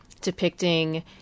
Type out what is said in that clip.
depicting